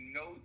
no